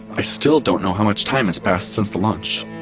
i still don't know how much time has passed since the launch,